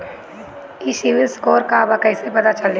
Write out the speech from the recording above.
ई CIBIL score का बा कइसे पता चली?